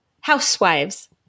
Housewives